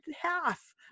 half